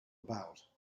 about